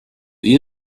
the